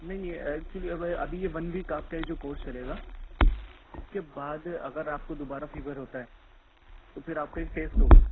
نہیں یہ ایکچلی ابھی یہ ون ویک آپ کا یہ جو کورس چلے گا اس کے بعد اگر آپ کو دوبارہ فیور ہوتا ہے تو پھر آپ کا ایک ٹیسٹ ہوگا